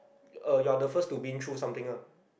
uh you're the first to been through something ah